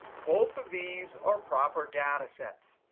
both of these are proper data sets.